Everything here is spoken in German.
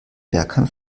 bergheim